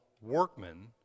workmen